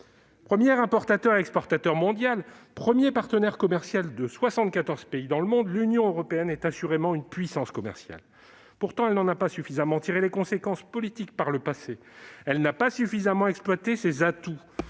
Premier importateur et exportateur mondial, premier partenaire commercial de soixante-quatorze pays dans le monde, l'Union européenne est assurément une puissance commerciale. Pourtant, elle n'en a pas suffisamment tiré les conséquences politiques par le passé. Elle n'a pas suffisamment exploité ses atouts